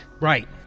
Right